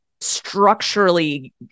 structurally